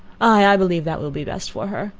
i believe that will be best for her.